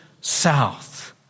south